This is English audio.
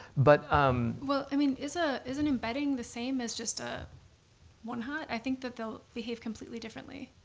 but um well, i mean is ah is an embedding the same as just ah one hot? i think that they'll behave completely differently,